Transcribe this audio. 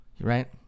Right